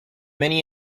many